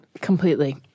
Completely